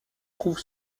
trouve